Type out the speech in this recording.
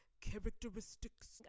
characteristics